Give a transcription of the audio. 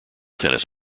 tennis